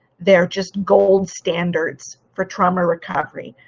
they're just gold standards for trauma recovery.